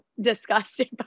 disgusted